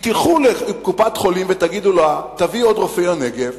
תלכו לקופת-חולים ותגידו לה: תביאו עוד רופא לנגב,